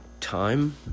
time